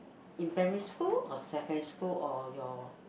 in primary school or secondary school or your